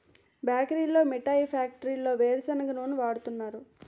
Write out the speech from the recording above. బేకరీల్లో మిఠాయి ఫ్యాక్టరీల్లో వేరుసెనగ నూనె వాడుతున్నారు